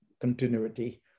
continuity